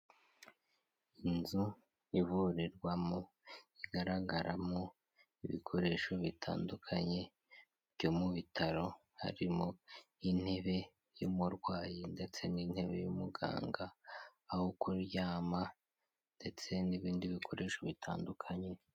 Inzu ivurirwamo igaragaramo ibikoresho bitandukanye byo mu bitaro, harimo intebe y'umurwayi ndetse n'intebe y'umuganga, aho kuryama ndetse n'ibindi bikoresho bitandukanye.